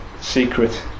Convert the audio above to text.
secret